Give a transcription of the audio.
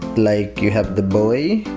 like you have the boy,